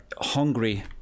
hungry